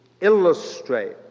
illustrate